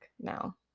now